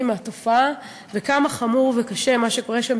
מהתופעה וכמה חמור וקשה מה שקורה שם,